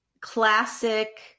classic